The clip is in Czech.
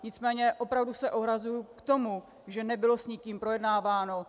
Nicméně opravdu se ohrazuji k tomu, že nebylo s nikým projednáváno.